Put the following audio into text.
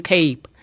Cape